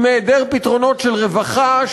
עם היעדר פתרונות של רווחה,